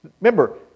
Remember